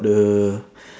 the